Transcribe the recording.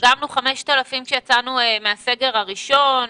דגמנו 5,000 כשיצאנו מהסגר הראשון.